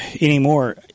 anymore